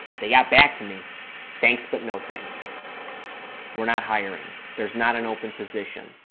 they got back to me thanks but no thanks we're not hiring there's not an open position